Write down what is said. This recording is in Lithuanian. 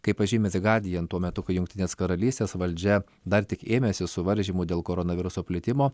kaip pažymi the guardian tuo metu kai jungtinės karalystės valdžia dar tik ėmėsi suvaržymų dėl koronaviruso plitimo